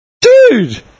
Dude